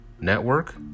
network